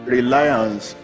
Reliance